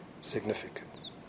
significance